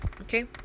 Okay